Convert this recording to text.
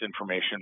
information